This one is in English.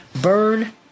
Burn